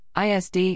ISD